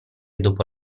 dopo